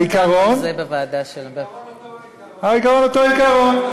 העיקרון, העיקרון אותו עיקרון: